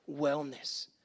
wellness